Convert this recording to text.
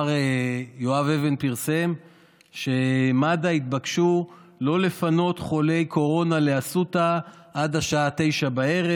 יואב אבן פרסם שמד"א התבקשו לא לפנות חולי קורונה לאסותא עד השעה 21:00,